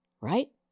Right